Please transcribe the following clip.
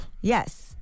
Yes